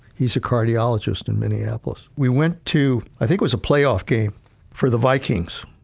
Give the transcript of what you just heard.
he's a cardiologist in minneapolis. we went to i think was a playoff game for the vikings.